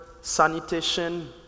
sanitation